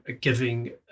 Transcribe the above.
giving